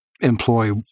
employ